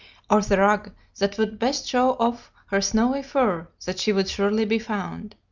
or the rug that would best show off her snowy fur, that she would surely be found.